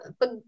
pag